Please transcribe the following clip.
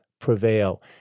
prevail